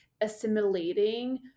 assimilating